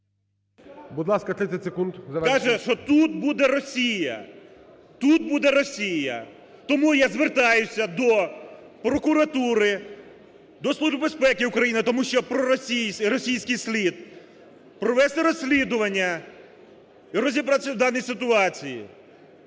Будь ласка, 30 секунд